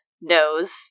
nose